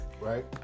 Right